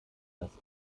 das